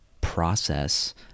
process